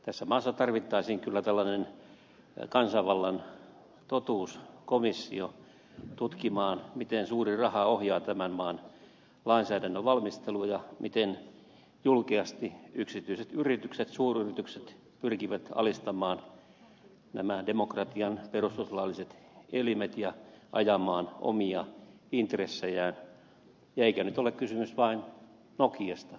tässä maassa tarvittaisiin kyllä tällainen kansanvallan totuuskomissio tutkimaan miten suuri raha ohjaa tämän maan lainsäädännön valmisteluja miten julkeasti yksityiset yritykset suuryritykset pyrkivät alistamaan nämä demokratian perustuslailliset elimet ja ajamaan omia intressejään eikä nyt ole kysymys vain nokiasta